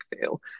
feel